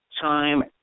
time